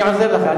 אני עוזר לך.